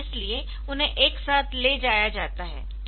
इसलिए उन्हें एक साथ ले जाया जाता है